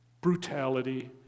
brutality